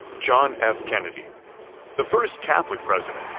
john f kennedy the first catholic president,